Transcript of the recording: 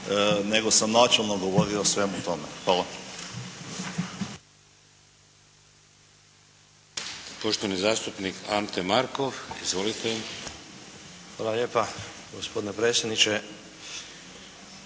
nego sam načelno govorio o svemu tome. Hvala.